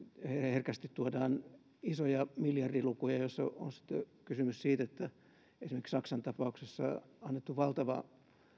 herkästi tuodaan esiin isoja miljardilukuja joissa on sitten kysymys siitä esimerkiksi saksan tapauksessa on annettu valtava